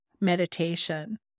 meditation